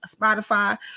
spotify